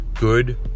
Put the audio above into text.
good